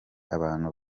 abantu